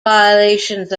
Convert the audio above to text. violations